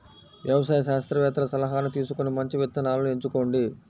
వ్యవసాయ శాస్త్రవేత్తల సలాహాను తీసుకొని మంచి విత్తనాలను ఎంచుకోండి